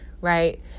right